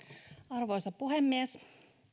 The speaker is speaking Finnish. arvoisa puhemies